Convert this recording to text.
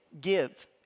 give